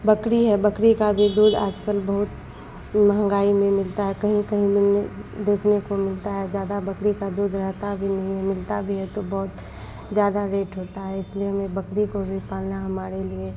बकरी है बकरी का भी दूध आजकल बहुत महंगाई में मिलता है कहीं कहीं मिलने देखने को मिलता है ज़्यादा बकरी का दूध रहता भी नहीं है मिलता भी है तो बहुत ज़्यादा रेट होता है इसलिए हमें बकरी को भी पालना हमारे लिए